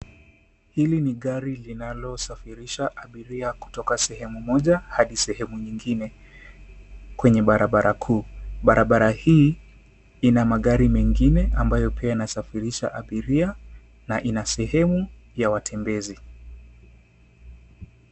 Hili ni gari linalosafirisha abiria kutoka sehemu moja hadi sehemu nyingine kwenye barabara kuu. Barabara hii ina magari mengine ambayo pia yanasafirisha abiria na ina sehemu ya watembezi.